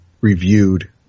reviewed